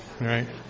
right